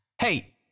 Hey